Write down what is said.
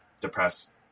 depressed